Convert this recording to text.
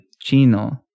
Chino